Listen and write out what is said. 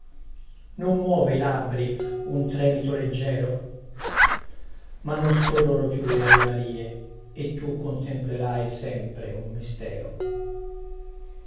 non muove i labbri un tremito leggiero ma non scorrono più le avemarie e tu contemplerai sempre un mistero